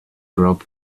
grub